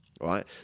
Right